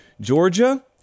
Georgia